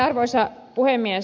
arvoisa puhemies